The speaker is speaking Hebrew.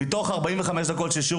מתוך 45 דקות של שיעור,